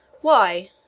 Why